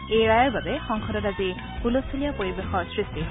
এই ৰায়ৰ বাবে সংসদত আজি হুলস্থূলীয়া পৰিৱেশৰ সৃষ্টি হয়